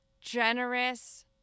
generous